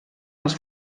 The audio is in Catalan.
els